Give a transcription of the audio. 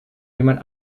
jemand